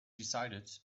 decided